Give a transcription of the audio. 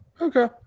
Okay